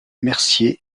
mercier